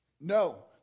No